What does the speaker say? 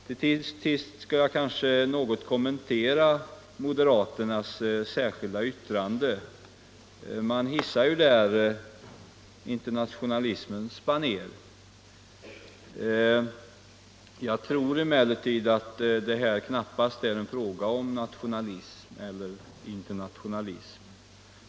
Till sist skall jag något kommentera moderaternas särskilda yttrande. Man hissar ju där internationalismens baner. Jag tror emellertid att det här varken är fråga om nationalism eller om internationalism.